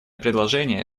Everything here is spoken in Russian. предложение